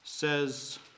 says